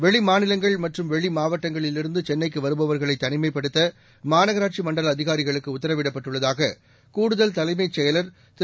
வெளிமாநிலங்கள் மற்றும் வெளிமாவட்டங்களிலிருந்து சென்னைக்கு வருபவர்களை தனிமைப்படுத்த மாநகராட்சி மண்டல அதிகாரிகளுக்கு உத்தரவிடப்பட்டுள்ளதாக கூடுதல் தலைமைச் செயலர் திரு